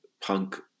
punk